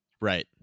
Right